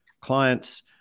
clients